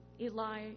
Eli